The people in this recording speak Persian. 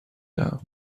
دهم